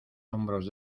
hombros